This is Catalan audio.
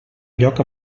lloc